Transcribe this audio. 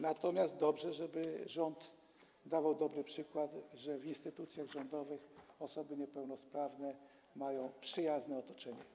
Natomiast dobrze byłoby, żeby rząd dawał dobry przykład, że w instytucjach rządowych osoby niepełnosprawne mają przyjazne otoczenie.